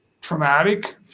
traumatic